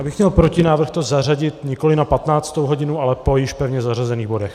Já bych měl protinávrh to zařadit nikoliv na 15. hodinu, ale po již pevně zařazených bodech.